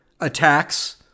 attacks